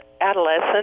adolescent